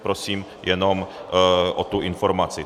Prosím jenom o informaci.